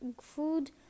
food